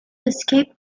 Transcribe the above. escape